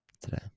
today